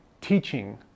teaching